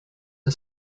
are